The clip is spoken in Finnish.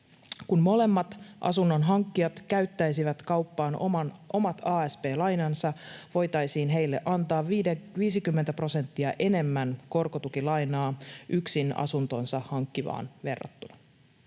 Kun molemmat asunnonhankkijat käyttäisivät kauppaan omat asp-lainansa, voitaisiin heille antaa 50 prosenttia enemmän korkotukilainaa yksin asuntonsa hankkivaan verrattuna.